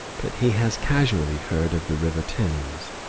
but he has casually heard of the river thames,